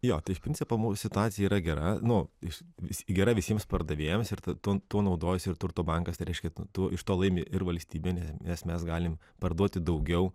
jo tai iš principo mum situacija yra gera nu iš vis gera visiems pardavėjams ir ta tuo tuo naudojasi ir turto bankas reiškia tuo iš to laimi ir valstybė nes mes galim parduoti daugiau